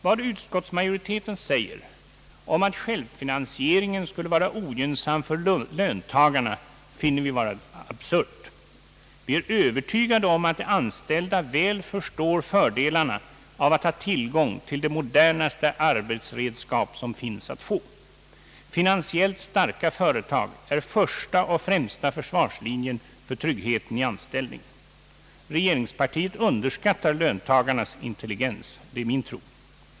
Vad utskottsmajoriteten säger om att självfinansieringen skulle vara ogynnsam för löntagarna finner vi vara absurt. Vi är övertygade om att de anställda väl förstår fördelarna av att ha tillgång till de modernaste arbetsredskap som finns ait få. Finansiellt starka företag är första och främsta försvarslinjen för trygghet i anställningen. Regeringspartiet underskattar löntagarnas intelligens, det är min tro.